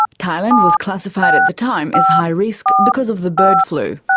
thailand was classified at the time as high risk because of the bird flu.